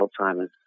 Alzheimer's